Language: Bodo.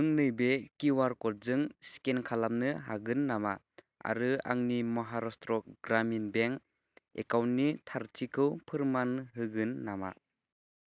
नों नैबे किउआर क'डजों स्केन खलामनो हागोन नामा आरो आंनि महाराष्ट्र ग्रामिन बेंक एकाउन्टनि थारथिखौ फोरमान होगोन नामा